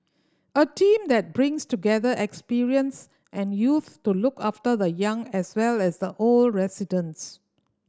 a team that brings together experience and youth to look after the young as well as the old residents